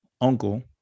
uncle